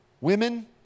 women